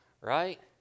right